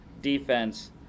defense